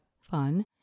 fun